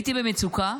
הייתי במצוקה.